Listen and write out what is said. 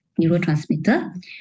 neurotransmitter